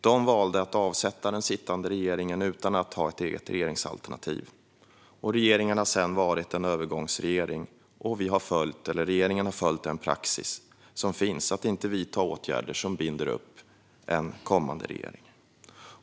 De valde att avsätta den sittande regeringen utan att ha ett eget regeringsalternativ. Regeringen har sedan varit en övergångsregering som följt den praxis som finns att inte vidta åtgärder som binder upp en kommande regering.